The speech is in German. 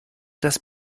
das